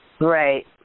Right